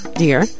dear